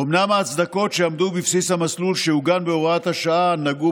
אומנם ההצדקות שעמדו בבסיס המסלול שעוגן בהוראת השעה נגעו